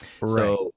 Right